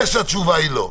התשובה היא לא.